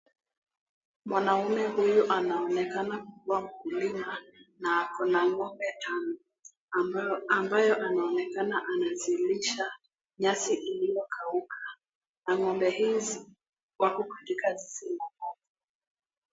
Mwanamume huyu anaonekana kukuwa mkulima na kuna ng'ombe tano. Ambayo anaonekana anazilisha nyasi iliyokauka. Na ng'ombe hizi wako katika zizi.